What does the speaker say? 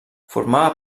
formava